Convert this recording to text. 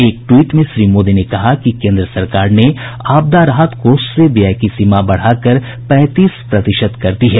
एक ट्वीट में श्री मोदी ने कहा कि केंद्र सरकार ने आपदा राहत कोष से व्यय की सीमा बढ़ाकर पैंतीस प्रतिशत कर दी है